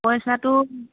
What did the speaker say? পইচাটো